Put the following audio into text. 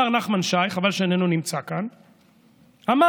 השר נחמן שי, חבל שאיננו נמצא כאן, אמר,